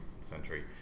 century